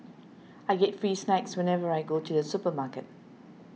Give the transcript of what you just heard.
I get free snacks whenever I go to the supermarket